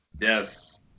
Yes